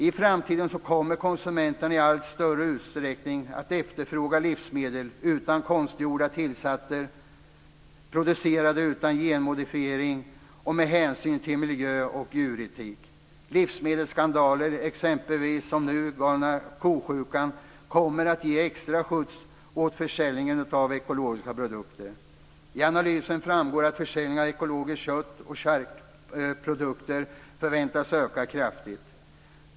I framtiden kommer konsumenterna i allt större utsträckning att efterfråga livsmedel utan konstgjorda tillsatser som är producerade utan genmodifiering och med hänsyn till miljö och djuretik. Livsmedelsskandaler, som exempelvis galna kosjukan, kommer att ge extra skjuts åt försäljningen av ekologiska produkter. I analysen framgår att försäljningen av ekologiskt kött och charkprodukter förväntas öka kraftigt.